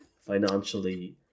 financially